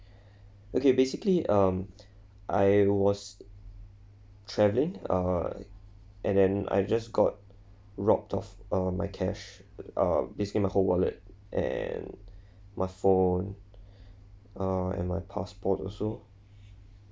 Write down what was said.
okay basically um I was traveling err and then I just got rob off um my cash uh basically my whole wallet and my phone uh and my passport also